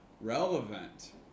relevant